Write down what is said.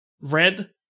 Red